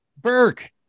Burke